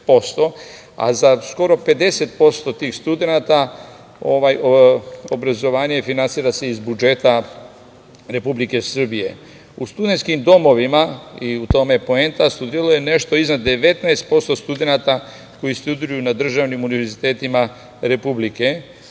a za skoro 50% tih studenata obrazovanje se finansira iz budžeta Republike Srbije.U studentskim domovima, u tome je poenta, studiralo je nešto iznad 19% studenata koji studiraju na državnim univerzitetima Republike.